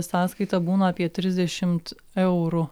sąskaita būna apie trisdešimt eurų